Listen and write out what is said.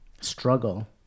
struggle